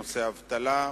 נושא האבטלה,